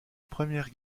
première